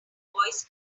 voice